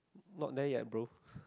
not there yet bro